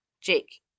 Jake